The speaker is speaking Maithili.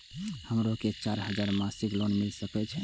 हमरो के चार हजार मासिक लोन मिल सके छे?